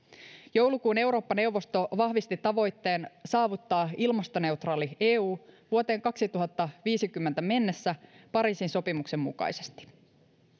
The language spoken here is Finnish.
joulukuun eurooppa neuvosto vahvisti tavoitteen saavuttaa ilmastoneutraali eu vuoteen kaksituhattaviisikymmentä mennessä pariisin sopimuksen mukaisesti